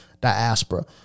diaspora